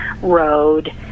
road